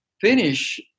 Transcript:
finish